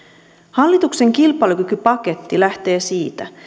hallituksen kilpailukykypaketti lähtee siitä